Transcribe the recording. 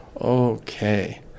okay